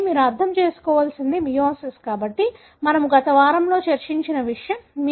కాబట్టి మీరు అర్థం చేసుకోవలసినది మియోసిస్ కాబట్టి మేము గత వారంలో చర్చించిన విషయం